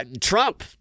Trump